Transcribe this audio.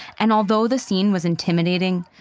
and although the scene was intimidating,